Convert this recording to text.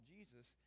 Jesus